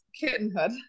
kittenhood